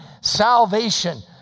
salvation